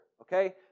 okay